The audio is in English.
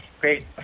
Great